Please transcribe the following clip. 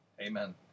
Amen